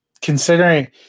considering